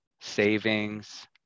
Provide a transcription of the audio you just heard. savings